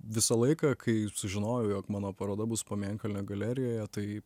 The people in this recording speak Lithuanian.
visą laiką kai sužinojau jog mano paroda bus pamėnkalnio galerijoje tai